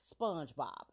SpongeBob